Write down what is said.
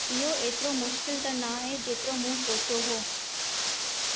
इहो एतिरो मुश्किल त नाहे जेतिरो मूं सोचियो हो